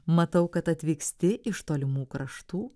matau kad atvyksti iš tolimų kraštų